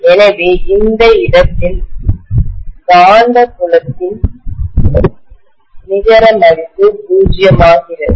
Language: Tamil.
எனவே இந்த இடத்தில் காந்தப்புலத்தின் மேக்னெட்டிக் பீல்டடின் நிகர மதிப்பு பூஜ்ஜியமாகிறது